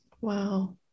Wow